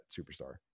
superstar